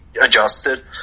adjusted